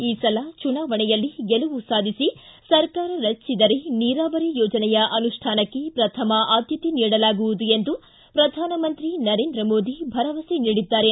ಈ ಸಲ ಚುನಾವಣೆಯಲ್ಲಿ ಗೆಲುವು ಸಾಧಿಸಿ ಸರಕಾರ ರಚಿಸಿದರೆ ನೀರಾವರಿ ಯೋಜನೆಯ ಅನುಷ್ಠಾನಕ್ಕೆ ಪ್ರಥಮ ಆದ್ಯತೆ ನೀಡಲಾಗುವುದು ಎಂದು ಪ್ರಧಾನಮಂತ್ರಿ ನರೇಂದ್ರ ಮೋದಿ ಭರವಸೆ ನೀಡಿದ್ದಾರೆ